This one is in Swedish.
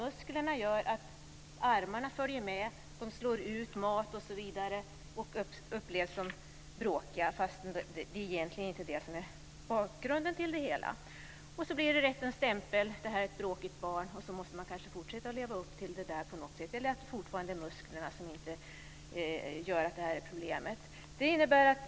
Musklerna gör att armarna följer med. Barnet slår ut maten och upplevs som bråkigt trots att något sådant egentligen inte är bakgrunden till det hela. Sedan får barnet lätt stämpeln att det är ett bråkigt barn. På något sätt måste man kanske fortsatt leva upp till det, eller också kan det vara musklerna som fortfarande gör att det blir det här problemet.